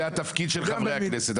זה התפקיד של חברי הכנסת.